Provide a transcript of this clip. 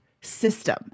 system